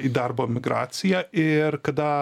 į darbo migraciją ir kada